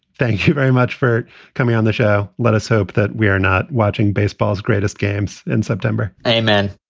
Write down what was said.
thank you very much for coming on the show. let us hope that we are not watching baseball's greatest games in september a man.